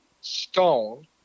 stone